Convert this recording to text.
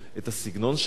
את הסגנון שלו,